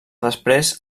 després